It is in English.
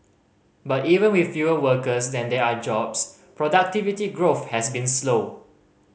but even with fewer workers than there are jobs productivity growth has been slow